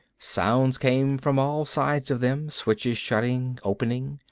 sounds came from all sides of them, switches shutting, opening.